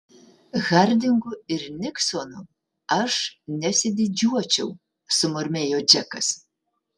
hardingu ir niksonu aš nesididžiuočiau sumurmėjo džekas